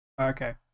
okay